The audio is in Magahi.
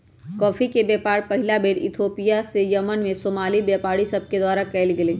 कॉफी के व्यापार पहिल बेर इथोपिया से यमन में सोमाली व्यापारि सभके द्वारा कयल गेलइ